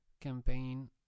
campaign